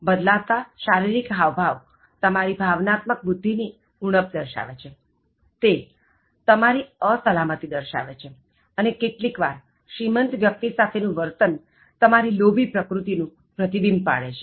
બદલાતા શારીરિક હાવભાવ તમારી ભાવનાત્મક બુદ્ધિ ની ઉણપ દર્શાવે છે તે તમારી અસલામતિ દર્શાવે છે અને કેટલીક વાર શ્રીમંત વ્યક્તિ સાથે નું વર્તન તમારી લોભી પ્રકૃતિ નું પ્રતિબિંબ પાડે છે